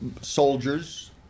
Soldiers